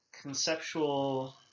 conceptual